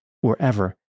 wherever